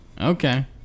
okay